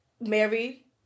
married